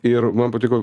ir man patiko